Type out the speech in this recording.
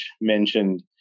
mentioned